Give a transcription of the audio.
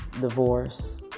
divorce